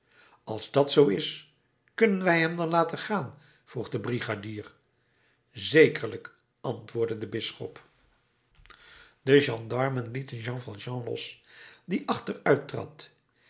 als dat zoo is kunnen wij hem dan laten gaan vroeg de brigadier zekerlijk antwoordde de bisschop de gendarmen lieten jean valjean los die